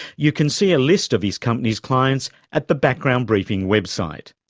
you can see a list of his company's clients at the background briefing website.